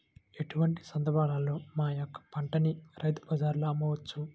ఎటువంటి సందర్బాలలో మా యొక్క పంటని రైతు బజార్లలో అమ్మవచ్చు?